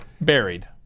Buried